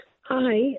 Hi